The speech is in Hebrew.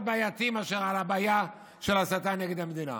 בעייתיים מאשר על הבעיה של הסתה נגד המדינה.